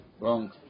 Wrong